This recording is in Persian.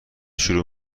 شروع